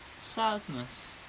Sadness